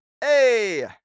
Hey